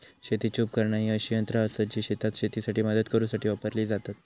शेतीची उपकरणा ही अशी यंत्रा आसत जी शेतात शेतीसाठी मदत करूसाठी वापरली जातत